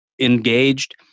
engaged